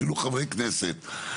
אפילו חברי כנסת.